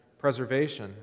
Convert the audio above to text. preservation